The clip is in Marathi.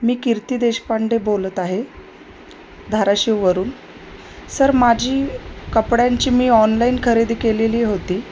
मी कीर्ती देशपांडे बोलत आहे धाराशिव वरून सर माझी कपड्यांची मी ऑनलाईन खरेदी केलेली होती